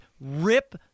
rip